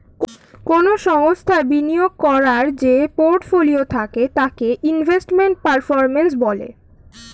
কোন সংস্থায় বিনিয়োগ করার যে পোর্টফোলিও থাকে তাকে ইনভেস্টমেন্ট পারফর্ম্যান্স বলে